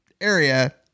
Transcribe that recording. area